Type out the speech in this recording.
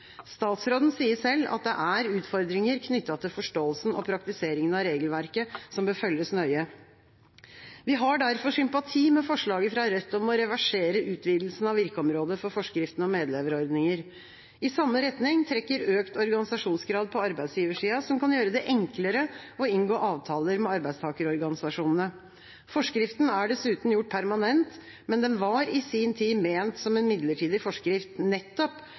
Statsråden sier selv at det er utfordringer knyttet til forståelsen og praktiseringen av regelverket, som bør følges nøye. Vi har derfor sympati med forslaget fra Rødt om å reversere utvidelsen av virkeområdet for forskriften om medleverordninger. I samme retning trekker økt organisasjonsgrad på arbeidsgiversida, som kan gjøre det enklere å inngå avtaler med arbeidstakerorganisasjonene. Forskriften er dessuten gjort permanent, men den var i sin tid ment som en midlertidig forskrift, nettopp